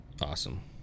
awesome